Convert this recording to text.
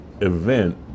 event